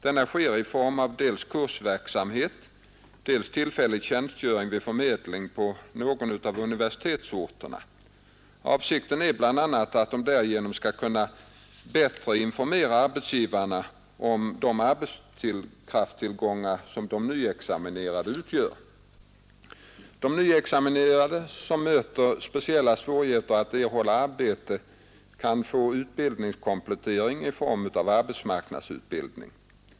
Denna sker i form av dels kursverksamhet, dels tillfällig tjänstgöring vid förmedlingen på någon av universitetsorterna. Avsikten är bl.a. att de härigenom skall kunna bättre informera arbetsgivarna om den arbetskraftstillgång som de nyexaminerade utgör. De nyutexaminerade som möter speciella svårigheter att erhålla arbete kan få utbildningskomplettering i form av arbetsmarknadsutbildning.